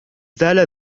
زال